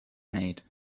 made